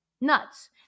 Nuts